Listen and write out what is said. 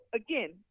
again